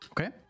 Okay